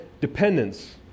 dependence